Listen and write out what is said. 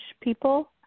people